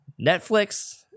Netflix